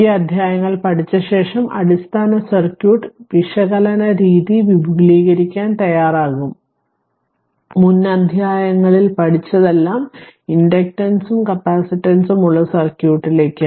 ഈ അധ്യായങ്ങൾ പഠിച്ച ശേഷം അടിസ്ഥാന സർക്യൂട്ട് വിശകലന രീതി വിപുലീകരിക്കാൻ തയ്യാറാകും മുൻ അധ്യായത്തിൽ പഠിച്ചതെല്ലാം ഇൻഡക്റ്റൻസും കപ്പാസിറ്റൻസും ഉള്ള സർക്യൂട്ടിലേക്ക്